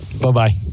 Bye-bye